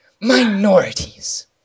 Minorities